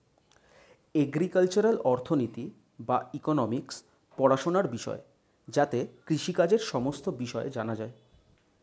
agricultural অর্থনীতি বা economics পড়াশোনার বিষয় যাতে কৃষিকাজের সমস্ত বিষয় জানা যায়